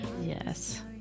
Yes